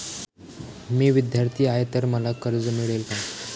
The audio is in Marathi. मी विद्यार्थी आहे तर मला कर्ज मिळेल का?